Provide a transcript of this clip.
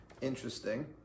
interesting